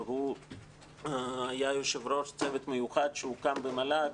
שהוא היה יושב ראש צוות מיוחד שהוקם במל"ג